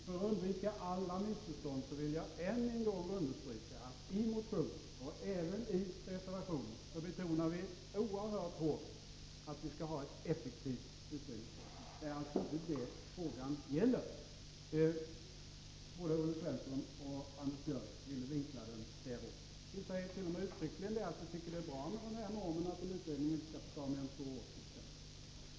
För att undvika alla missförstånd vill jag än en gång understryka att vi i motionen och reservationen betonar oerhört hårt att vi skall ha ett effektivt utredningsväsende. Det är alltså inte det frågan gäller. Både Olle Svensson och Anders Björck vill förenkla det hela därhän. Vi säger t.o.m. att vi tycker att det är bra med normen att en utredning inte skall få ta mer än två år.